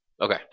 Okay